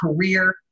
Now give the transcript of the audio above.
career